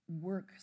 work